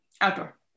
outdoor